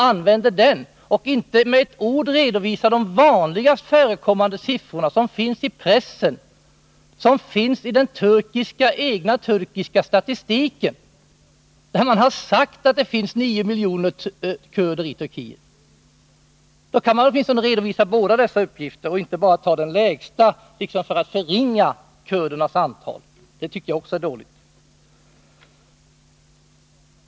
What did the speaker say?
Inte med ett enda ord redovisar man de siffror som oftast förekommer i pressen och i den egna turkiska statistiken, enligt vilken det finns 9 miljoner kurder i Turkiet. Man kan väl åtminstone redovisa båda uppgifterna och fifé bara den uppgift som anger det lägsta antalet, som om man ville förringa kurdernas antal. Det tycker jag också är dåligt.